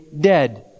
dead